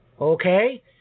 Okay